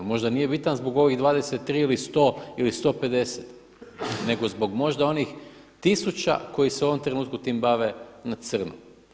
Možda nije bitan zbog ovih 23 ili 100 ili 150 nego zbog možda onih tisuća koji se u ovom trenutku time bave na crno.